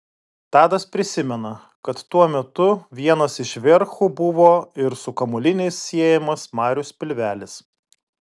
tadas prisimena kad tuo metu vienas iš verchų buvo ir su kamuoliniais siejamas marius pilvelis